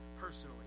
personally